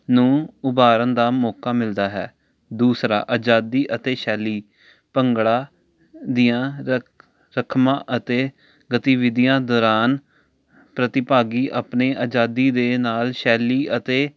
ਨੂੰ ਉਭਾਰਨ ਦਾ ਮੌਕਾ ਮਿਲਦਾ ਹੈ ਦੂਸਰਾ ਆਜ਼ਾਦੀ ਅਤੇ ਸ਼ੈਲੀ ਭੰਗੜਾ ਦੀਆਂ ਰਖ ਰਖਮਾਂ ਅਤੇ ਗਤੀਵਿਧੀਆਂ ਦੌਰਾਨ ਪ੍ਰਤਿਭਾਗੀ ਆਪਣੇ ਆਜ਼ਾਦੀ ਦੇ ਨਾਲ ਸ਼ੈਲੀ ਅਤੇ